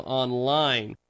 online